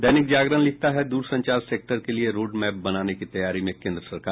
दैनिक जागरण लिखता है दूरसंचार सेक्टर के लिए रोडमैप बनाने की तैयारी में केन्द्र सरकार